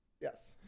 yes